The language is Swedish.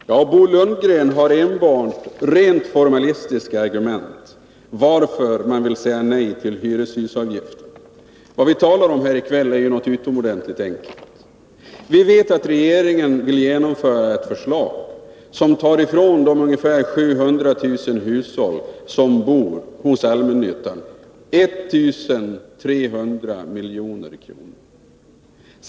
Herr talman! Bo Lundgren anför enbart rent formalistiska argument för att man vill säga nej till hyreshusavgiften. Vad vi talar om här i kväll är någonting utomordentligt enkelt. Vi vet att regeringen vill genomföra ett förslag som tar ifrån de ungefär 700 000 hushåll som bor i allmännyttan 1 300 milj.kr.